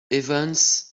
evans